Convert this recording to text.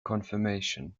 confirmation